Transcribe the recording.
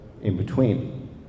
in-between